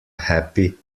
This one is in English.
happy